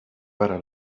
para